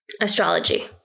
astrology